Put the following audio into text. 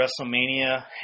wrestlemania